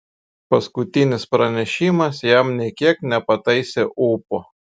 paskutinis pranešimas jam nė kiek nepataisė ūpo